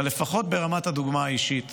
אבל לפחות ברמת הדוגמה האישית